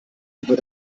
über